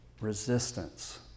resistance